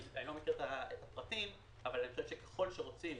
אני לא מכיר את הפרטים אבל אני חושב שככל שרוצים